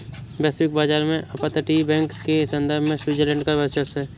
वैश्विक बाजार में अपतटीय बैंक के संदर्भ में स्विट्जरलैंड का वर्चस्व है